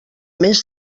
més